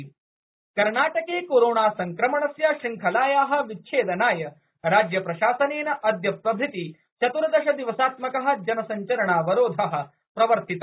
कर्नाटकम् कर्नाटके कोरोना संक्रमणस्य श्रृंखलाया विच्छेदनाय राज्य प्रशासनेन अद्य प्रभृति चतुर्दश दिवसात्मक जनसंचरणावरोध प्रवर्तित